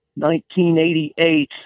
1988